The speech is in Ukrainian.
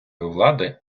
влади